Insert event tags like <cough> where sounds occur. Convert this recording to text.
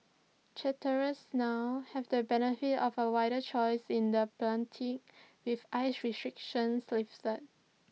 charterers now have the benefit of A wider choice in the <unintelligible> with ice restrictions lifted